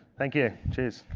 thank you, cheers.